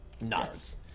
nuts